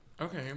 Okay